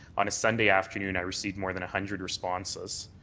on a sunday afternoon i received more than a hundred responses.